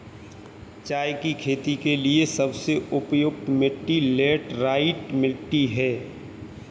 चाय की खेती के लिए सबसे उपयुक्त मिट्टी लैटराइट मिट्टी है